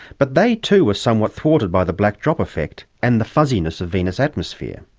but they too were somewhat thwarted by the black drop effect and the fuzziness of venus' atmosphere,